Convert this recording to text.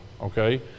okay